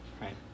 right